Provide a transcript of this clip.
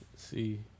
See